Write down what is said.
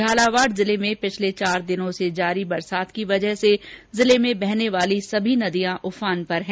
झालावाड़ जिले में पिछले चार दिनों से जारी बरसात की वजह से जिले में बहने वाल सभी नदियां उफान पर हैं